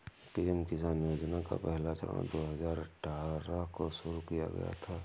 PM Kisan योजना का पहला चरण दो हज़ार अठ्ठारह को शुरू किया गया था